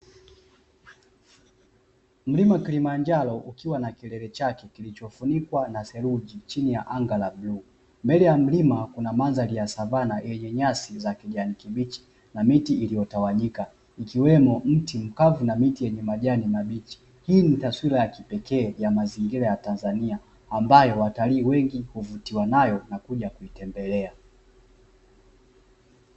Mlima kilimanjaro ukiwa na kilele chake kilichofunikwa na seruji chini ya anga la bluu, mbele ya mlima kuna mandhari ya savana yenye nyasi za kijani kibichi na miti iloyotawanyika, ikiweme mti mkavu na miti yenye majani mabichi, hii ni taswira ya kipekee ya mazingira ya Tanzania ambayo watalii wengi huvutiwa nayo na kuja kutembelea.